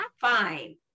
fine